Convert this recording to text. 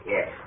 Yes